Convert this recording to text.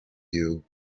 you